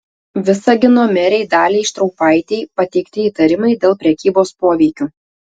visagino merei daliai štraupaitei pateikti įtarimai dėl prekybos poveikiu